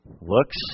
Looks